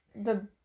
the-